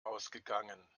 ausgegangen